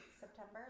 September